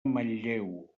manlleu